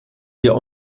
wir